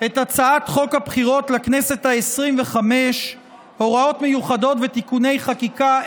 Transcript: את הצעת חוק הבחירות לכנסת העשרים-וחמש (הוראות מיוחדות ותיקוני חקיקה),